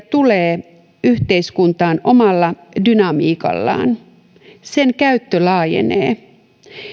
tulee yhteiskuntaan omalla dynamiikallaan sen käyttö laajenee